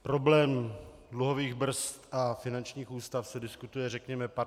Problém dluhových brzd a finančních ústav se diskutuje, řekněme, 15 let.